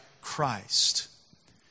Christ